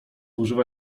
używa